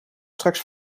straks